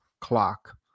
clock